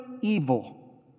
evil